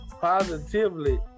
positively